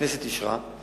שהכנסת אישרה,